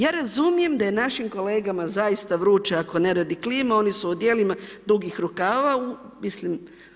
Ja razumijem da je našim kolegama zaista vruće, ako ne radi klima, oni su u odijelima dugih rukava, mislim.